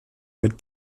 mit